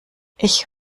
ich